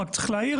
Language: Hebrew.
רק צריך להעיר,